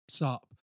up